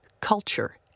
culture